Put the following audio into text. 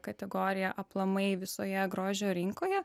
kategorija aplamai visoje grožio rinkoje